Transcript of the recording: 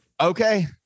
okay